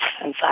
inside